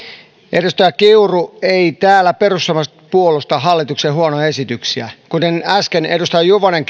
edustaja kiuru eivät täällä perussuomalaiset puolusta hallituksen huonoja esityksiä kuten äsken edustaja juvonen